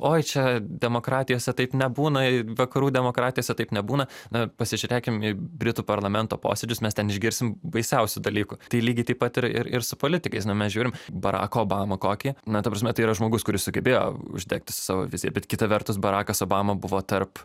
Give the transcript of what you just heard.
oi čia demokratijose taip nebūna i vakarų demokratijose taip nebūna na pasižiūrėkim į britų parlamento posėdžius mes ten išgirsim baisiausių dalykų tai lygiai taip pat ir ir ir su politikais na mes žiūrim baraką obamą kokį na ta prasme tai yra žmogus kuris sugebėjo uždegti su savo vizija bet kita vertus barakas obama buvo tarp